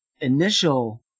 initial